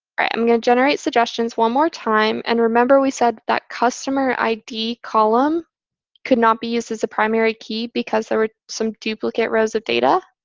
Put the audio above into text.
i'm going to generate suggestions one more time. and remember, we said that customer id column could not be used as a primary key because there were some duplicate rows of data.